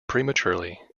prematurely